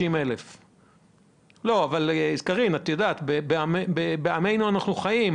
ואת מדברת על 60,000. אבל קרין, בעמנו אנחנו חיים.